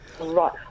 Right